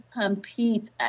compete